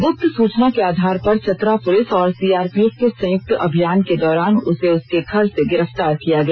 ग्रप्त सूचना के आधार पर चतरा पुलिस और सीआरपीएफ के संयुक्त अभियान के दौरान उसे उसके घर से गिरफ्तार किया गया